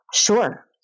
Sure